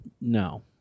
no